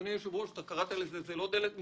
אדוני היושב-ראש, זה לא דלת מסתובבת,